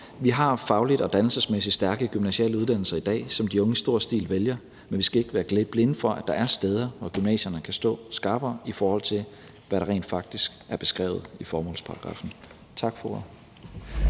Vi har fagligt og dannelsesmæssigt stærke gymnasiale uddannelser i dag, som de unge i stor stil vælger, men vi skal ikke være blinde for, at der er steder, hvor gymnasierne kan stå skarpere, i forhold til hvad der rent faktisk er beskrevet i formålsparagraffen. Tak for